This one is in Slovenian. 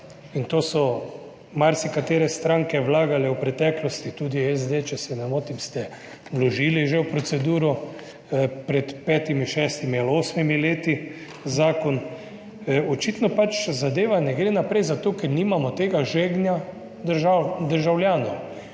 in to so marsikatere stranke vlagale v preteklosti, tudi SD, če se ne motim, ste vložili že v proceduro pred petimi, šestimi ali osmimi leti zakon. Očitno pač zadeva ne gre naprej, zato ker nimamo tega žegna držav...,